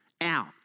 out